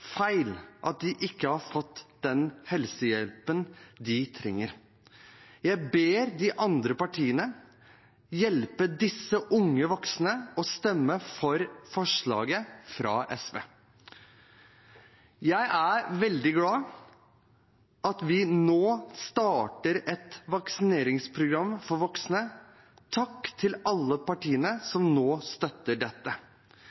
feil at de ikke har fått den helsehjelpen de trenger. Jeg ber de andre partiene hjelpe disse unge voksne og stemme for forslaget fra SV. Jeg er veldig glad for at vi nå starter et vaksineringsprogram for voksne. Takk til alle partiene som nå støtter dette.